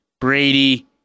Brady